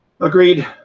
Agreed